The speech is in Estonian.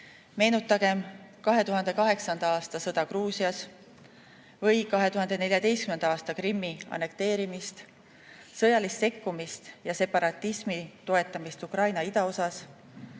Meenutagem 2008. aasta sõda Gruusias või 2014. aasta Krimmi annekteerimist, sõjalist sekkumist ja separatismi toetamist Ukraina idaosas.